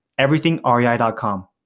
everythingrei.com